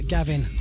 Gavin